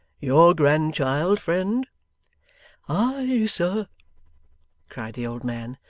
your grandchild, friend aye, sir cried the old man,